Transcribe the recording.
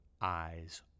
eyes